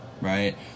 right